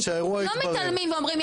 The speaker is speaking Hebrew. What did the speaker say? לא מתעלמים ואומרים,